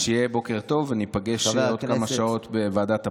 שיהיה בוקר טוב וניפגש עוד שעות בוועדת הפנים.